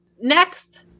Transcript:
Next